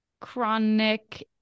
chronic